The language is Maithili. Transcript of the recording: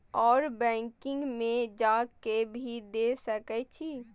और बैंक में जा के भी दे सके छी?